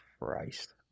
Christ